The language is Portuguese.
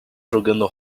jogando